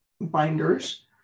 binders